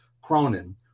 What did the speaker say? Cronin